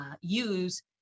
use